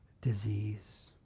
disease